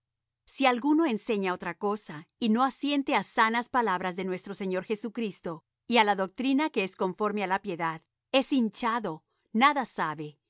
si alguno enseña otra cosa y no asiente á sanas palabras de nuestro señor jesucristo y á la doctrina que es conforme á la piedad es hinchado nada sabe